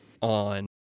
on